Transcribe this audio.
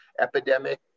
epidemic